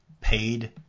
paid